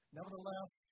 Nevertheless